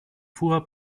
fuhr